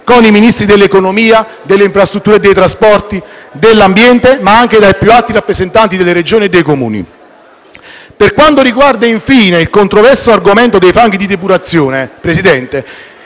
con i Ministri dell'economia e delle finanze, delle infrastrutture e dei trasporti, dell'ambiente, nonché i più alti rappresentanti delle Regioni e dei Comuni. Per quanto riguarda, infine, il controverso argomento dei fanghi di depurazione, i